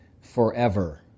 forever